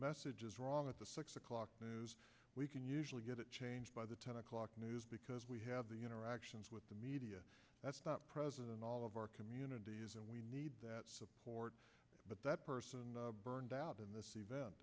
message is wrong at the six o'clock we can usually get it changed by the ten o'clock news because we have the interactions with the media that's present in all of our communities and we need that support but that person burned out in th